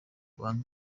banki